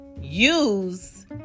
use